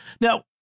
Now